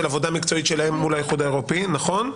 עבודה מקצועית שלהם מול האיחוד האירופי נכון?